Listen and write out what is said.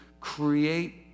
create